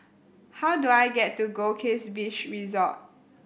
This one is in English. how do I get to Goldkist Beach Resort